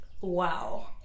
wow